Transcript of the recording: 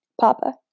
Papa